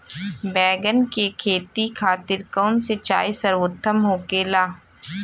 बैगन के खेती खातिर कवन सिचाई सर्वोतम होखेला?